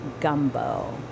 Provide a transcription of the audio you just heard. gumbo